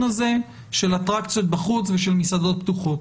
הזה של אטרקציות בחוץ ושל מסעדות פתוחות.